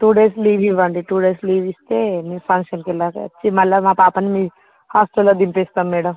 two days leave ఇవ్వండి two days leave ఇస్తే మేము ఫంక్షన్కి వెళ్ళాక వచ్చి మా పాపని మీ హాస్టల్లో దింపేస్తాం మేడం